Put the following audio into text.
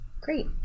Great